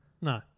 No